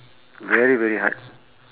very very hard